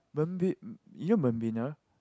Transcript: Membi~ you know Membina